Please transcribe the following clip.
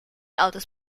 autos